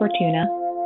Fortuna